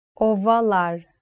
Ovalar